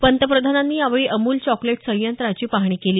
पंतप्रधानांनी यावेळी अमूल चॉकलेट संयंत्राची पाहणी केली